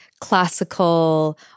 classical